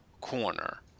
corner